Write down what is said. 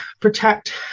protect